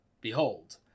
Behold